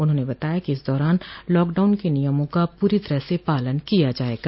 उन्होंने बताया कि इस दौरान लॉकडाउन के नियमों का पूरी तरह से पालन किया जायेगा